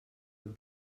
have